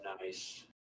Nice